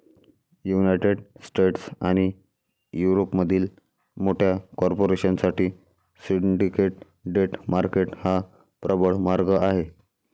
United States आणि युरोपमधील मोठ्या कॉर्पोरेशन साठी सिंडिकेट डेट मार्केट हा प्रबळ मार्ग आहे